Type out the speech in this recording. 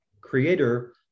creator